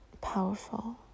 powerful